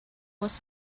was